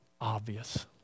obvious